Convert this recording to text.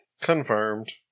Confirmed